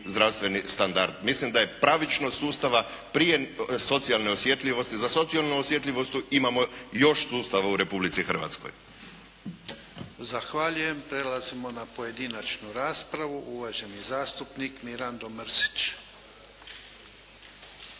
zdravstveni standard. Mislim da je pravičnost sustava prije socijalne osjetljivost. Za socijalnu osjetljivost imamo još sustava u Republici Hrvatskoj. **Jarnjak, Ivan (HDZ)** Zahvaljujem. Prelazimo na pojedinačnu raspravu. Uvaženi zastupnik Mirando Mrsić.